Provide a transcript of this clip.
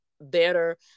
better